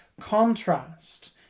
contrast